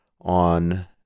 on